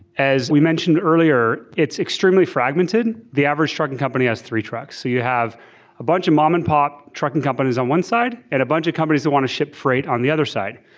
as we mentioned earlier, it's extremely fragmented. the average trucking company has three trucks. you have a bunch of mom-and-pop trucking companies on one side and a bunch of companies that want to ship freight on the other side.